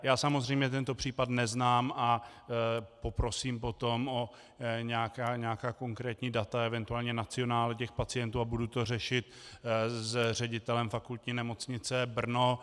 Já samozřejmě tento případ neznám a poprosím potom o nějaká konkrétní data, eventuálně nacionále těch pacientů, a budu to řešit s ředitelem Fakultní nemocnice Brno.